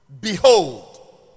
Behold